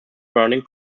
burning